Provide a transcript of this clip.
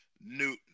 Newton